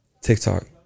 TikTok